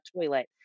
toilet